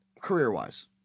career-wise